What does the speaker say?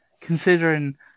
considering